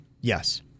Yes